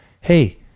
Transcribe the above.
hey